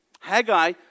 Haggai